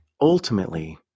Ultimately